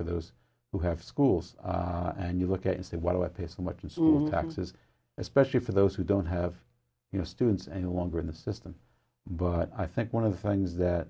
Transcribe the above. for those who have schools and you look at and say why do i pay so much and soon access especially for those who don't have you know students any longer in the system but i think one of the things that